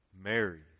mary